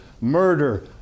murder